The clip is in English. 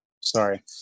Sorry